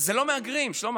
זה לא מהגרים, שלמה.